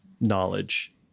knowledge